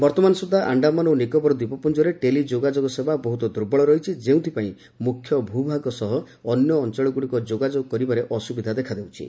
ବର୍ତ୍ତମାନ ସୁଦ୍ଧା ଆଣ୍ଡାମାନ ଓ ନିକୋବର ଦ୍ୱୀପପୁଞ୍ଜରେ ଟେଲି ଯୋଗାଯୋଗ ସେବା ବହୁତ ଦୁର୍ବଳ ରହିଛି ଯେଉଁଥିପାଇଁ ମୁଖ୍ୟ ଭୂଭାଗ ସହ ଅନ୍ୟ ଅଞ୍ଚଳଗୁଡ଼ିକ ଯୋଗାଯୋଗ କରିବାରେ ଅସୁବିଧା ଦେଖା ଦେଉଛି